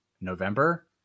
November